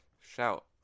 Shout